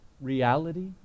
reality